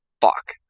Fuck